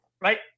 right